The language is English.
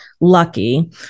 lucky